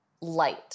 light